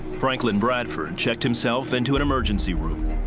franklin bradford checked himself into an emergency room.